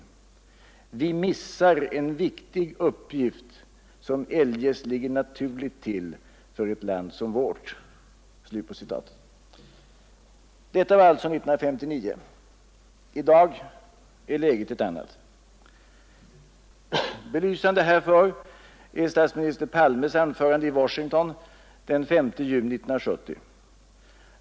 Vi missar en viktig positiv uppgift, som eljest ligger naturligt till för ett land som vårt.” Detta var alltså 1959. I dag är läget ett annat. Belysande härför är statsminister Palmes anförande i Washington den 5 juni 1970.